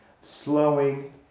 slowing